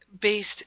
based